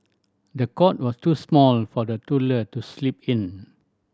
the cot was too small for the toddler to sleep in